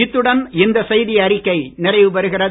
இத்துடன் இந்த செய்தி அறிக்கை நிறைவு பெறுகிறது